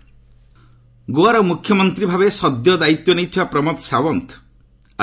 ଗୋଆ ଗୋଆର ମ୍ରଖ୍ୟମନ୍ତ୍ରୀ ଭାବେ ସଦ୍ୟ ଦାୟିତ୍ୱ ନେଇଥିବା ପ୍ରମୋଦ ସାଓ୍ୱନ୍ତ